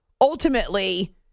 ultimately